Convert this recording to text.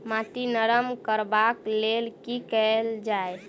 माटि नरम करबाक लेल की केल जाय?